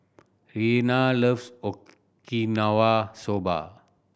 Rihanna loves Okinawa Soba